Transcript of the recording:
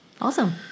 Awesome